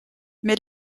mais